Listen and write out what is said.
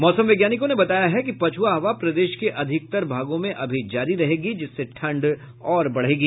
मौसम वैज्ञानिकों ने बताया है कि पछुआ हवा प्रदेश के अधिकतर भागों में अभी जारी रहेगी जिससे ठंड और बढ़ेगी